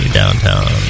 downtown